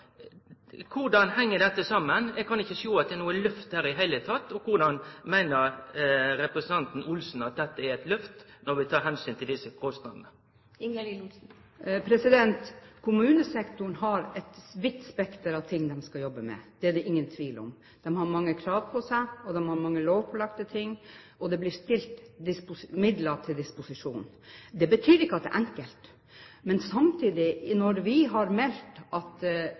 Korleis heng dette saman? Eg kan ikkje sjå at det er noko «løft» her i det heile. På kva måte meiner representanten Olsen at dette er eit «løft», når vi tek omsyn til desse kostnadene? Kommunesektoren har et vidt spekter av oppgaver de skal jobbe med – det er det ingen tvil om. De har mange krav på seg, de har mange lovpålagte ting, og det blir stilt midler til disposisjon. Det betyr ikke at det er enkelt. Men når vi har meldt at